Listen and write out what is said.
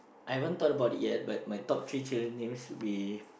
I haven't thought about it yet but my top three children names would be